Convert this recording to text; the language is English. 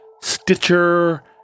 Stitcher